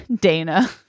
dana